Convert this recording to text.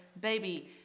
baby